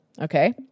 Okay